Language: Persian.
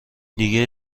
دیگه